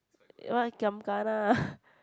what giam kana